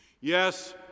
Yes